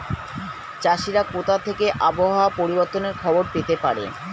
চাষিরা কোথা থেকে আবহাওয়া পরিবর্তনের খবর পেতে পারে?